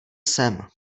sem